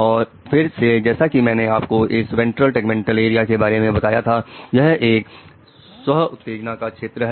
और फिर से जैसा कि मैंने आपको इस वेंट्रल टैगमेंटल क्षेत्र